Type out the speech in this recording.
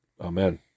Amen